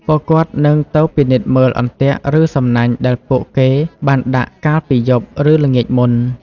ពួកគាត់នឹងទៅពិនិត្យមើលអន្ទាក់ ឬសំណាញ់ដែលពួកគេបានដាក់កាលពីយប់ ឬល្ងាចមុន។